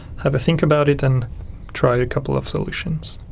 have a think about it and try a couple of solutions.